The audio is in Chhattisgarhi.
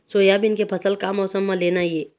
सोयाबीन के फसल का मौसम म लेना ये?